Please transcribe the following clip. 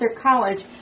College